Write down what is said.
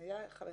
החוק.